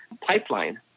pipeline